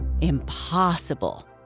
Impossible